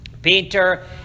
Peter